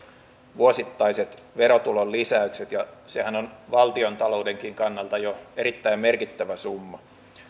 vuosittaiset verotulon lisäykset ja sehän on valtiontaloudenkin kannalta jo erittäin merkittävä summa